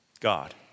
God